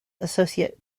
associate